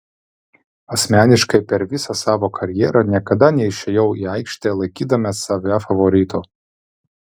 asmeniškai per visą savo karjerą niekada neišėjau į aikštelę laikydamas save favoritu